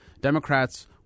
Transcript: Democrats